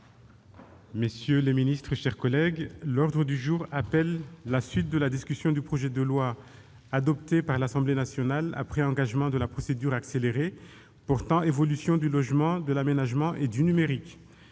dans l'analyse politique du scrutin. L'ordre du jour appelle la suite de la discussion du projet de loi, adopté par l'Assemblée nationale après engagement de la procédure accélérée, portant évolution du logement, de l'aménagement et du numérique